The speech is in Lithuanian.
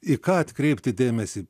į ką atkreipti dėmesį